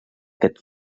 aquest